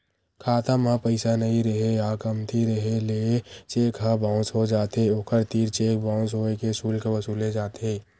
खाता म पइसा नइ रेहे या कमती रेहे ले चेक ह बाउंस हो जाथे, ओखर तीर चेक बाउंस होए के सुल्क वसूले जाथे